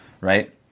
Right